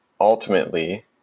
ultimately